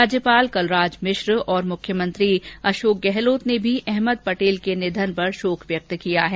राज्यपाल कलराज मिश्र और मुख्यमंत्री अशोक गहलोत ने अहमद पटेल के निधन पर शोक व्यक्ति किया है